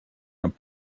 going